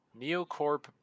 Neocorp